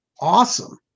awesome